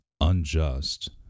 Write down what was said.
unjust